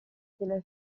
elle